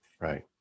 Right